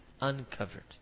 uncovered